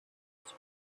was